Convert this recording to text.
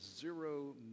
zero